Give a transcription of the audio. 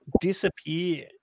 disappear